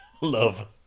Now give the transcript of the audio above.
Love